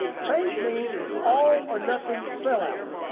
faith means it's all or nothing sellout.